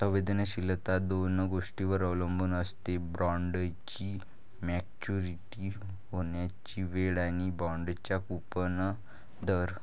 संवेदनशीलता दोन गोष्टींवर अवलंबून असते, बॉण्डची मॅच्युरिटी होण्याची वेळ आणि बाँडचा कूपन दर